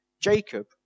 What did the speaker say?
Jacob